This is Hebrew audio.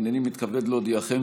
הינני מתכבד להודיעכם,